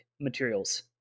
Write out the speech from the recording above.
materials